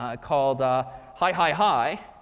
ah called ah hi hi hi.